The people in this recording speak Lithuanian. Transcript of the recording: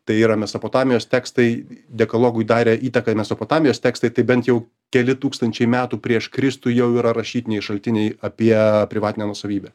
tai yra mesopotamijos tekstai dekalogui darė įtaką mesopotamijos tekstai tai bent jau keli tūkstančiai metų prieš kristų jau yra rašytiniai šaltiniai apie privatinę nuosavybę